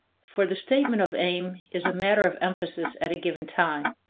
for the statement of aim is a matter of emphasis at a given time.